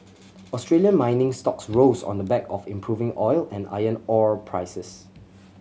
Australian mining stocks rose on the back of improving oil and iron ore prices